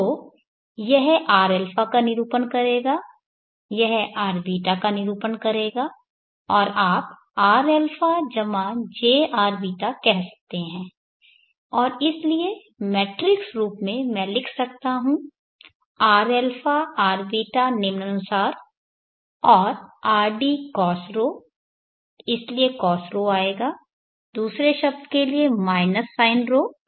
तो यह rα का निरूपण करेगा यह rβ का निरूपण करेगा और आप rα jrβ कह सकते हैं और इसलिए मैट्रिक्स रूप में मैं लिख सकता हूं rα rβ निम्नानुसार है और rd cos𝜌 इसलिए cos𝜌 आएगा दूसरे शब्द के लिए माइनस sin𝜌 आएगा